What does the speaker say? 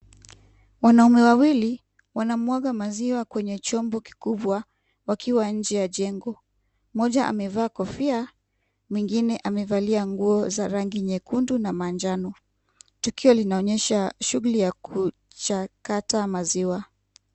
Wanaume wawili wanamwaga maziwa kwenye chombo kikubwa wakiwa nje ya jengo. Mmoja amevaa kofia, mwingine amevalia nguo za rangi nyekundu na manjano. Tukio linaonyesha shughuli ya kuchakata maziwa.